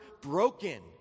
broken